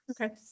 Okay